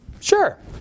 Sure